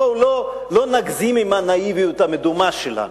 בואו לא נגזים עם הנאיביות המדומה שלה.